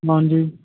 ਹਾਂਜੀ